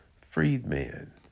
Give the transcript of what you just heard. freedman